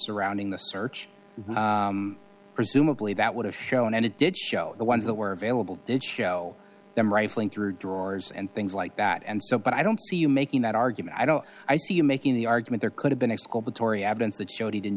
surrounding the search presumably that would have shown and it did show the ones that were available did show them rifling through drawers and things like that and so but i don't see you making that argument i don't i see you making the argument there could have been exculpatory evidence that showed he didn't